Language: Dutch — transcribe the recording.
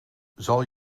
zal